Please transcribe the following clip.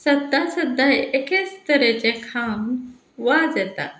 सद्दां सद्दां एकेच तरेचें खावन वाज येता